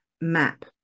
map